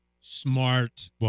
smart